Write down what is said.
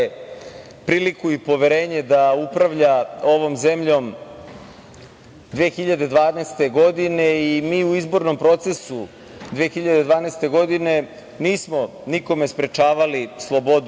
priliku i poverenje da upravlja ovom zemljom 2012. godine i mi u izbornom procesu 2012. godine nismo nikome onemogućavali slobodu